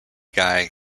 guy